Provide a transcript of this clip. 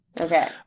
Okay